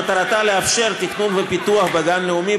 מטרתה לאפשר תכנון ופיתוח בגן הלאומי,